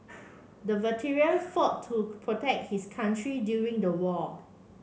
the veteran fought to protect his country during the war